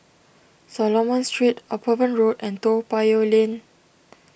Solomon Street Upavon Road and Toa Payoh Lane